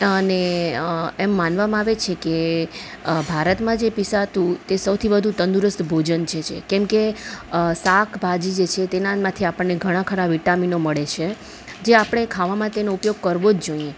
અને એમ માનવામાં આવે છે કે ભારતમાં જે પીરસાતું એ સૌથી વધુ તંદુરસ્ત ભોજન છે છે કેમકે શાકભાજી જે છે તેનામાંથી આપણને ઘણાં ખરાં વિટામીનો મળે છે જે આપણે ખાવા માટેનો ઉપયોગ કરવો જ જોઈએ